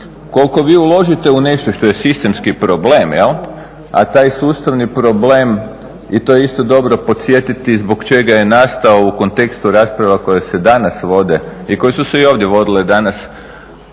Ukoliko vi uložite u nešto što je sistemski problem, a taj sustavni problem i to je isto dobro podsjetiti zbog čega je nastao u kontekstu rasprava koje se danas vode i koje su se i ovdje vodile danas